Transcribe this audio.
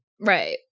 Right